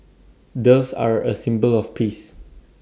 doves are A symbol of peace